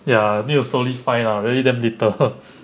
ya need to slowly find ah really damn little